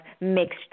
mixed